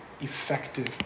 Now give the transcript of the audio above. effective